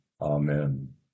Amen